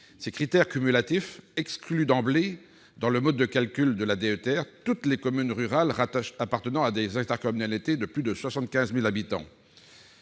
Ces critères cumulatifs excluent d'emblée du mode de calcul de la DETR toutes les communes rurales appartenant à des intercommunalités de plus de 75 000 habitants.